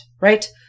right